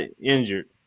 injured